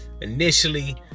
initially